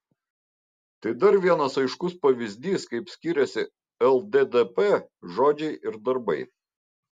tai dar vienas aiškus pavyzdys kaip skiriasi lddp žodžiai ir darbai